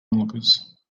onlookers